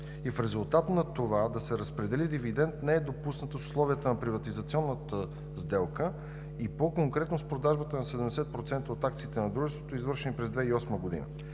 в резултат на това да се разпредели дивидент не е допусната в условията на приватизационната сделка и по-конкретно с продажбата на 70% от акциите на дружеството, извършени през 2008 г.,